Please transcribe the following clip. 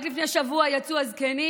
רק לפני שבוע יצאו הזקנים